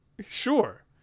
Sure